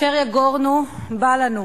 אשר יגורנו בא לנו.